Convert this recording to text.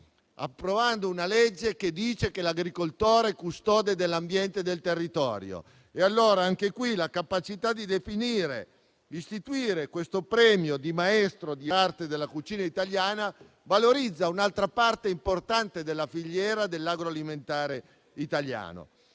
approvando una legge che dice che l'agricoltore è custode dell'ambiente e del territorio. Allora, anche qui, la capacità di definire e istituire il premio di maestro di arte della cucina italiana valorizza un'altra parte importante della filiera dell'agroalimentare italiano.